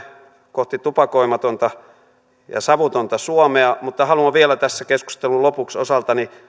kohti tupakoimatonta ja savutonta suomea mutta haluan vielä tässä keskustelun lopuksi osaltani